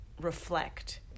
Reflect